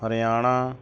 Haryana